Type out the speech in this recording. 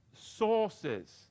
sources